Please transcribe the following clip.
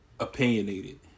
opinionated